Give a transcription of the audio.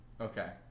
Okay